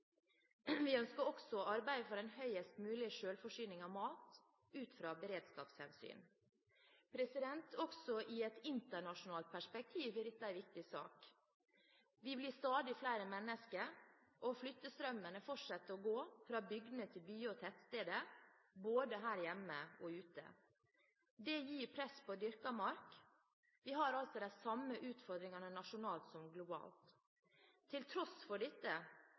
Vi ønsker også å arbeide for en høyest mulig selvforsyning av mat ut fra beredskapshensyn. Også i et internasjonalt perspektiv er dette en viktig sak. Vi blir stadig flere mennesker, og flyttestrømmene fortsetter å gå fra bygdene til byer og tettsteder, både her hjemme og ute. Det gir press på dyrket mark. Vi har altså de samme utfordringene nasjonalt som globalt. Til tross for dette